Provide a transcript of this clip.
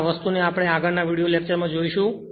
અને આ વસ્તુને આપણે આગળના વિડિઓ લેક્ચરમાં જોશું